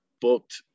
booked